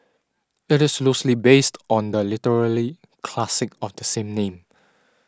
it is loosely based on the literary classic of the same name